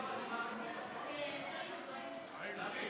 ברשות היושב-ראש,